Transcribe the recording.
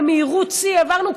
במהירות שיא העברנו,